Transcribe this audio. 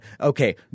okay